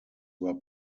were